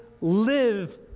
live